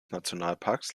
nationalparks